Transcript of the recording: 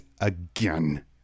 again